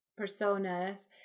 personas